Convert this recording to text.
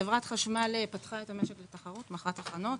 חברת החשמל פתחה את המשק לתחרות, מכרה תחנות.